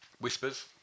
Whispers